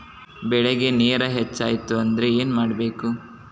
ಬೆಳೇಗ್ ನೇರ ಹೆಚ್ಚಾಯ್ತು ಅಂದ್ರೆ ಏನು ಮಾಡಬೇಕು?